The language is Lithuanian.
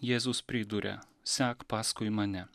jėzus priduria sek paskui mane